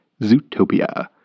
Zootopia